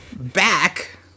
back